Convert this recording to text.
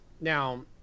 Now